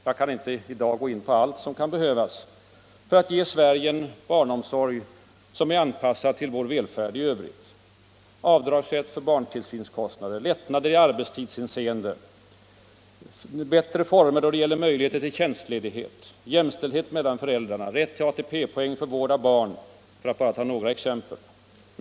— Jag kan inte gå in på allt annat som kan behövas för att ge Sverige en barnomsorg anpassad till vår välfärd i övrigt — avdragsrätt för barntillsynskostnader, lättnader i arbetstidshänseende, bättre former då det gäller möjligheterna till tjänstledighet, jämställdhet mellan föräldrarna, rätt till ATP-poäng för vård av barn, för att bara ta några exempel.